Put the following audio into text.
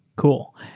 cool.